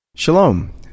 Shalom